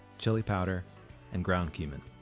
chili powder and ground cumin.